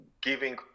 giving